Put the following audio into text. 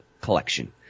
collection